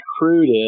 recruited